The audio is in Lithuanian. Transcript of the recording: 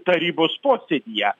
tarybos posėdyje